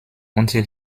until